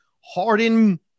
Harden